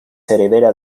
heredera